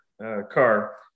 car